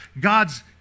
God's